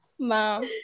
Mom